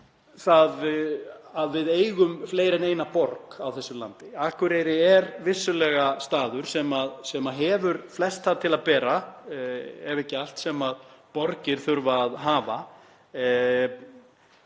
að við eigum fleiri en eina borg. Akureyri er vissulega staður sem hefur flest það til að bera, ef ekki allt, sem borgir þurfa að hafa,